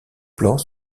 plans